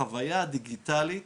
החוויה הדיגיטלית